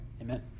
Amen